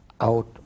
out